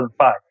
2005